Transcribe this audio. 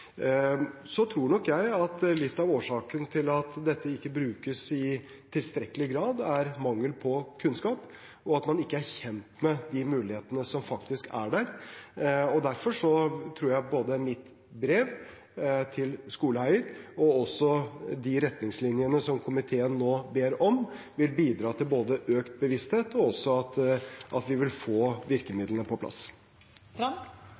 Så tror nok jeg at litt av årsaken til at dette ikke brukes i tilstrekkelig grad, er mangel på kunnskap, og at man ikke er kjent med de mulighetene som faktisk er der. Derfor tror jeg både mitt brev til skoleeierne og også de retningslinjene som komiteen nå ber om, vil bidra til økt bevissthet og også at vi vil få